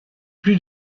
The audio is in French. plus